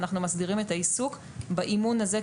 ואנחנו מסדירים את העיסוק באימון הזה,